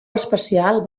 espacial